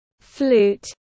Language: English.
flute